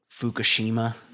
Fukushima